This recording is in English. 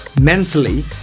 mentally